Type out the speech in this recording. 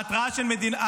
אין בעיה.